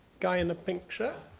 guy in the pink shirt?